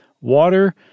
water